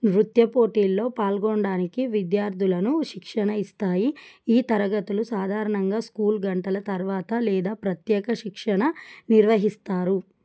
నృత్య పోటీల్లో పాల్గొనడానికి విద్యార్థులను శిక్షణ ఇస్తాయి ఈ తరగతులు సాధారణంగా స్కూల్ గంటల తర్వాత లేదా ప్రత్యేక శిక్షణ నిర్వహిస్తారు